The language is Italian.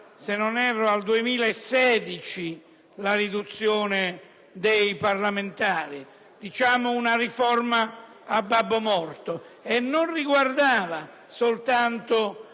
se non erro, al 2016 la riduzione dei parlamentari - una riforma "a babbo morto" - e non riguardava soltanto